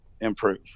improve